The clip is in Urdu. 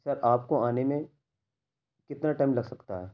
سر آپ کو آنے میں کتنا ٹائم لگ سکتا ہے